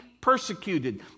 persecuted